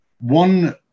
One